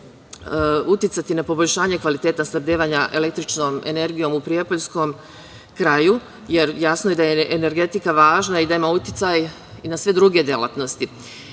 uticati na poboljšanje kvaliteta snabdevanja električnom energijom, u Prijepoljskom kraju, jer jasno je da je energetika važna i da ima uticaj i na sve druge delatnosti. Ja